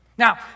Now